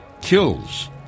kills